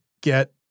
get